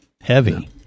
heavy